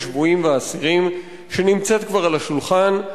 שבויים ואסירים שנמצאת כבר על השולחן.